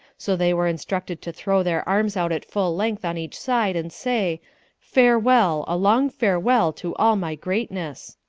so they were instructed to throw their arms out at full length on each side and say farewell, a long farewell to all my greatness.